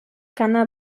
canna